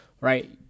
right